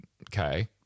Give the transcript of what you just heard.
okay